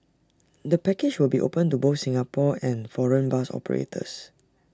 the package will be open to both Singapore and foreign bus operators